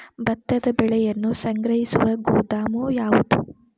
ಭತ್ತದ ಬೆಳೆಯನ್ನು ಸಂಗ್ರಹಿಸುವ ಗೋದಾಮು ಯಾವದು?